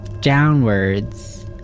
downwards